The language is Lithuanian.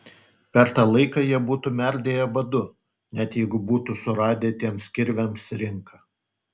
per tą laiką jie būtų merdėję badu net jeigu būtų suradę tiems kirviams rinką